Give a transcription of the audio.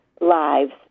lives